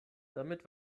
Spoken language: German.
damit